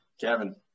Kevin